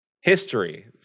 History